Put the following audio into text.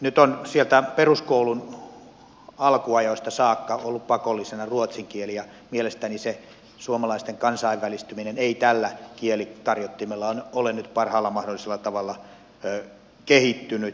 nyt on sieltä peruskoulun alkuajoista saakka ollut pakollisena ruotsin kieli ja mielestäni se suomalaisten kansainvälistyminen ei tällä kielitarjottimella ole nyt parhaalla mahdollisella tavalla kehittynyt